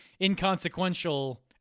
inconsequential